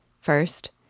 First